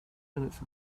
minutes